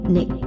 Nick